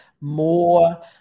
more